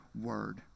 word